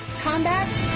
Combat